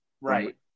right